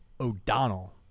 O'Donnell